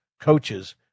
coaches